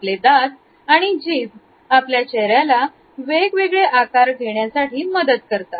आपले दात आणि जीभ आपल्या चेहऱ्याला वेगवेगळे आकार घेण्यासाठी मदत करतात